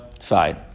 fine